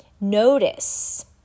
Notice